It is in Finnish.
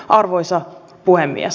arvoisa puhemies